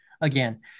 again